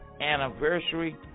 anniversary